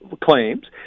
claims